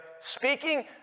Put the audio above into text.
speaking